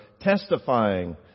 testifying